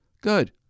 Good